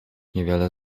niewiele